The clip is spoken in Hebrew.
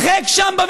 הרחק שם,